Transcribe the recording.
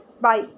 Bye